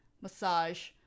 massage